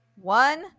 One